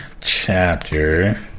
chapter